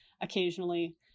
occasionally